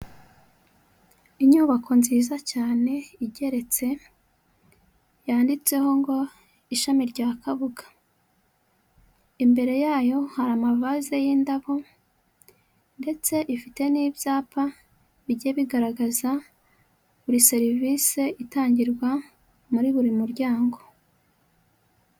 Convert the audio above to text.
Inyubako nziza cyane igeretse yanditseho ngo ishami rya kabuga, imbere yayo hari amavase y'indabo ndetse ifite n'ibyapa bigiye bigaragaza buri serivisi itangirwa muri buri muryango.